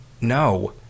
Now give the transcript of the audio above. No